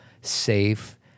safe